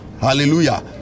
hallelujah